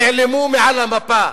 נעלמו מעל המפה.